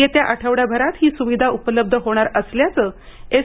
येत्या आठवडाभरात ही सुविधा उपलब्ध होणार असल्याचं एस